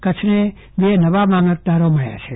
કચ્છને બે નવા મામલતદારો મળ્યા છે